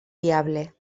diable